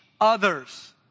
others